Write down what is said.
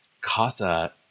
CASA